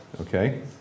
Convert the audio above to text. okay